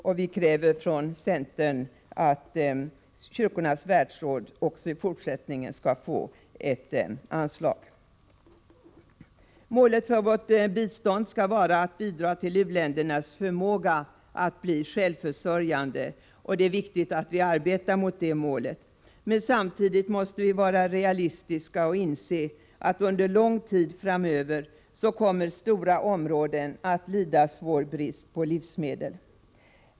Men vi kräver från centern att Kyrkornas världsråd också i fortsättningen skall få ett anslag. Målet för vårt bistånd skall vara att bidra till u-ländernas förmåga att bli självförsörjande, och det är viktigt att vi arbetar mot det målet. Men samtidigt måste vi vara realistiska och inse att under lång tid framöver kommer stora områden att lida svår brist på livsmedel.